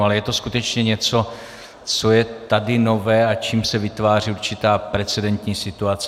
Ale je to skutečně něco, co je tady nové a čím se vytváří určitá precedentní situace.